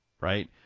right